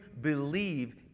believe